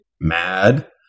Mad